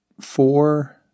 four